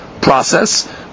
process